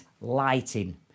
lighting